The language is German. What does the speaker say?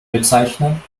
bezeichnen